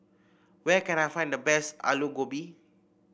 where can I find the best Alu Gobi